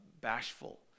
bashful